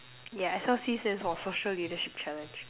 yeah S_L_C stands for social leadership challenge